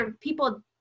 people